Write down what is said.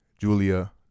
Julia